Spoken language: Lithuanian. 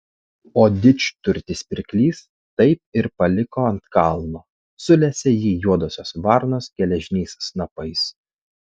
o didžturtis pirklys taip ir paliko ant kalno sulesė jį juodosios varnos geležiniais snapais